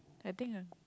I think ah